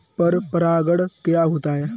पर परागण क्या होता है?